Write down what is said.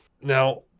Now